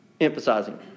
Emphasizing